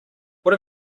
what